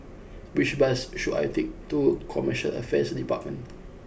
which bus should I take to Commercial Affairs Department